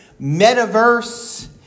metaverse